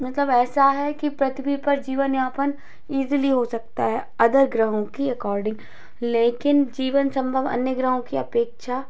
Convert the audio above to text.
मतलब ऐसा है कि पृथ्वी पर जीवन यापन ईज़ीली हो सकता है अदर ग्रहों की अकॉर्डिंग लेकिन जीवन संभव अन्य ग्रहों की अपेक्षा